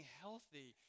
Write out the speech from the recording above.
healthy